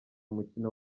umukino